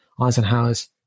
Eisenhower's